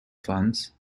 funds